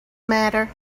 matter